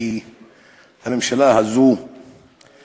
כי בממשלה הזו יש